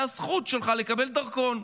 זו הזכות שלך לקבל דרכון.